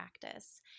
practice